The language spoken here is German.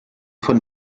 von